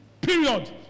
Period